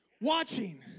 Watching